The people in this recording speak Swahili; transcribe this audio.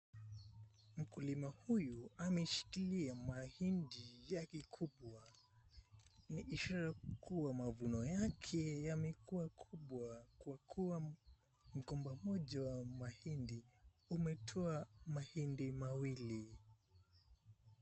Mkulima huyu ameshikilia mahindi yake kubwa. Ni ishara kuwa mavuno yake yamekua kubwa kwa kua mgomba moja wa mahindi umetoa mahindi mawili.